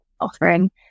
offering